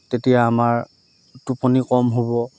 তেতিয়া আমাৰ টোপনি কম হ'ব